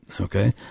Okay